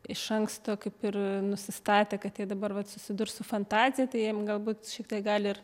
iš anksto kaip ir nusistatę kad jie dabar vat susidurs su fantazija tai jiem galbūt šiek tiek gali ir